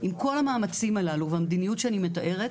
עם כל המאמצים הללו והמדיניות שאני מתארת,